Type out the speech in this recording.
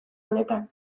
honetan